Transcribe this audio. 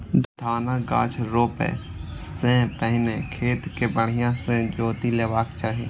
धानक गाछ रोपै सं पहिने खेत कें बढ़िया सं जोति लेबाक चाही